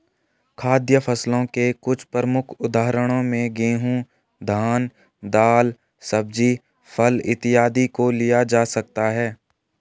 खाद्य फसलों के कुछ प्रमुख उदाहरणों में गेहूं, धान, दाल, सब्जी, फल इत्यादि को लिया जा सकता है